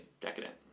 decadent